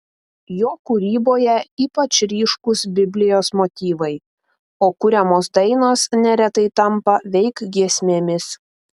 jo kūryboje ypač ryškūs biblijos motyvai o kuriamos dainos neretai tampa veik giesmėmis